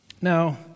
Now